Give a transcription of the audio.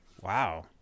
Wow